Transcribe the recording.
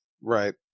right